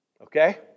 Okay